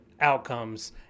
outcomes